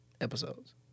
episodes